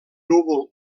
núvol